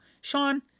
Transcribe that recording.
Sean